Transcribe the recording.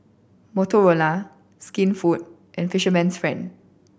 Motorola Skinfood and Fisherman's Friend